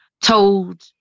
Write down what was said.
told